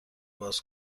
باز